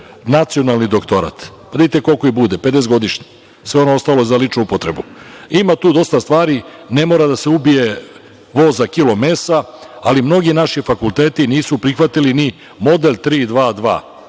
nacionalni doktorat. Da vidite koliko ih bude, 50 godišnje, sve ono ostalo je za ličnu upotrebu. Ima tu dosta stvari. Ne mora da se ubije vo za kilo mesa, ali mnogi naši fakulteti nisu prihvatili ni model 3-2-2.